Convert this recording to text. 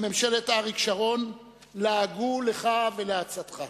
בממשלת אריק שרון לעגו לך ולעצתך.